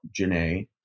Janae